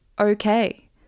okay